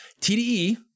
TDE